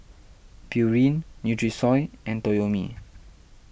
Pureen Nutrisoy and Toyomi